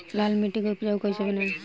लाल मिट्टी के उपजाऊ कैसे बनाई?